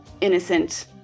innocent